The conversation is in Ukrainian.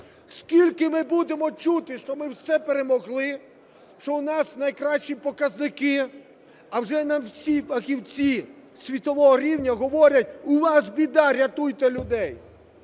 Скільки ми будемо чути, що ми все перемогли, що у нас найкращі показники? А вже нам всі фахівці світового рівня говорять: у вас біда – рятуйте людей.